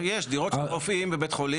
יש דירות של רופאים בבית חולים,